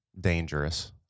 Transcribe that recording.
dangerous